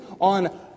on